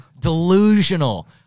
Delusional